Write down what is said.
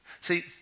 See